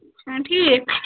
چھُنہ ٹھیٖک